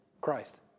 Christ